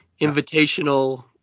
Invitational